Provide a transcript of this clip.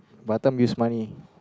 Batam use money